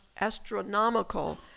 astronomical